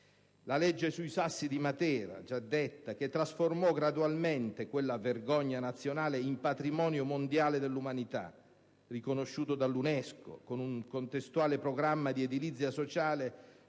La legge sui Sassi di Matera trasformò gradualmente quella vergogna nazionale in patrimonio mondiale dell'umanità, riconosciuto dall'UNESCO, con un contestuale programma di edilizia sociale